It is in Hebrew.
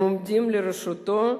הם עומדים לרשותו,